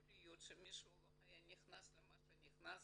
יכול להיות שמישהו לא היה נכנס למה שנכנסת,